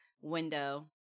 window